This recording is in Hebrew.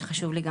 שחשוב לי,